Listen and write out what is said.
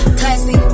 classy